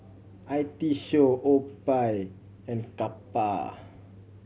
I T Show OPI and Kappa